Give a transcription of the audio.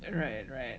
right right